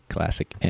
Classic